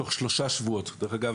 בתוך שלושה שבועות דרך אגב,